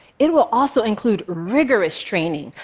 it will also include rigorous training.